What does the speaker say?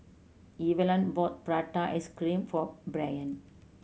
Evalyn bought prata ice cream for Brayan